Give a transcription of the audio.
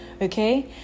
okay